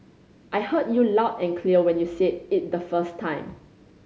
I heard you loud and clear when you said it the first time